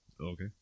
Okay